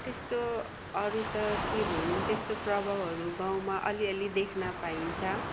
त्यस्तो अरू त के भन्नु त्यस्तो प्रभावहरू गाउँमा अलि अलि देख्न पाइन्छ